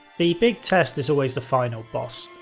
the big test is always the final boss.